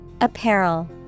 Apparel